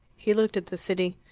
he looked at the city.